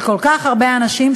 של כל כך הרבה אנשים,